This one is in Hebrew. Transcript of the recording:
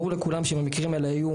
ברור לכולם שאם המקרים האלה היו